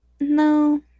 No